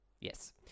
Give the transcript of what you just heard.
Yes